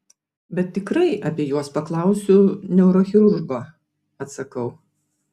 bet tikrai apie juos paklausiu neurochirurgo atsakau